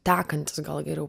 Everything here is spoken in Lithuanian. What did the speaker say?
tekantis gal geriau